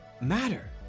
matter